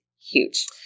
huge